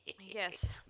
Yes